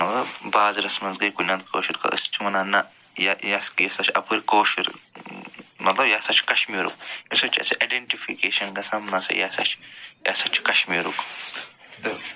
مطلب بازرس منٛز گٔے کُنہِ انٛد کٲشُر أسۍ چھِ وَنان نَہ یہِ یہِ ہسا اَپٲرۍ کٲشُرمطلب یہِ ہسا چھُ کشمیٖرُک اَمہِ سۭتۍ چھِ اَسہِ اٮ۪ڈٮ۪نٛٹفِکیشن گَژھان نَہ ہسا یہِ ہسا چھُ یہِ ہسا چھُ کشمیٖرُک تہٕ